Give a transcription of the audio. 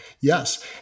Yes